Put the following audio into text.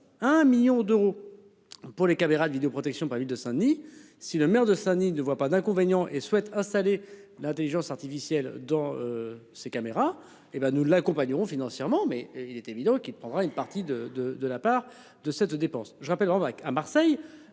Un million d'euros. Pour les caméras de vidéoprotection par de Saint-Denis. Si le maire de Saint-Denis, ne voit pas d'inconvénient et souhaite installer l'Intelligence artificielle dans ses caméras et ben nous l'accompagnerons financièrement mais il est évident qu'il prendra une partie de de de la part de cette dépense, je rappelle, bac à Marseille,